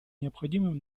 необходимым